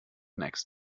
next